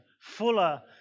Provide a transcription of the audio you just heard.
fuller